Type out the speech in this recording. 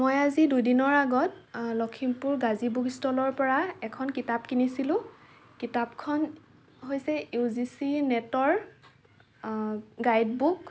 মই আজি দুদিনৰ আগত লক্ষীমপুৰ গাজি বুক ষ্টলৰপৰা এখন কিতাপ কিনিছিলোঁ কিতাপখন হৈছে ইউ জি চি নেটৰ গাইডবুক